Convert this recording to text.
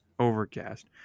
overcast